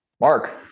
Mark